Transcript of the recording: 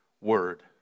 word